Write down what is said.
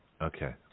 Okay